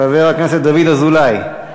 חבר הכנסת דוד אזולאי?